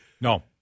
No